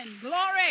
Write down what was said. Glory